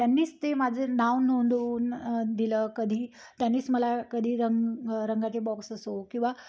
त्यांनीच ते माझं नाव नोंदवून दिलं कधी त्यानीच मला कधी रंग रंगाचे बॉक्स असो किंवा